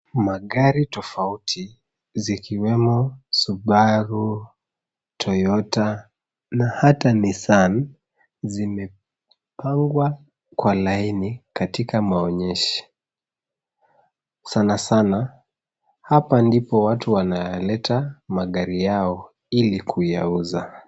Magari tofauti zikiwemo subaru, toyota na hata nissan zimepangwa kwa laini katika moanyesho. Sanasana, hapa ndipo watu wanaleta magari yao ili kuwauza.